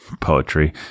poetry